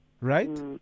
right